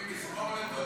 אומרים מזמור לתודה.